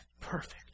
perfect